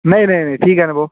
नाही नाही नाही ठीक आहे ना भाऊ